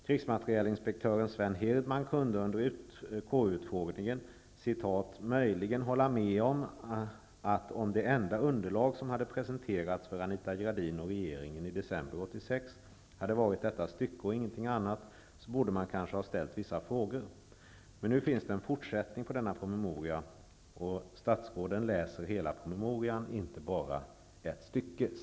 Krigsmaterielinspektören Sven Hirdman kunde under KU-utfrågningen ''möjligen hålla med om att om det enda underlag som hade presenterats för Anita Gradin och regeringen i december 1986 hade varit detta stycke och ingenting annat, så borde man kanske ha ställt vissa frågor, men nu finns det en fortsättning på denna promemoria, och statsråden läser hela promemorian, inte bara ett stycke.''